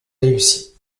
réussie